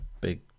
big